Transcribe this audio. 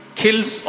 kills